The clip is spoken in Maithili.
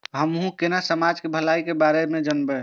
हमू केना समाज के भलाई के बारे में जानब?